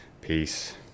Peace